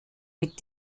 mit